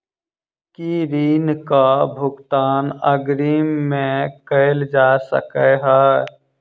की ऋण कऽ भुगतान अग्रिम मे कैल जा सकै हय?